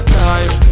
time